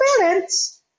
parents